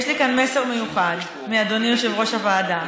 יש לי כאן מסר מיוחד מאדוני יושב-ראש הוועדה,